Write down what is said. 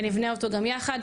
ונבנה אותו גם יחד.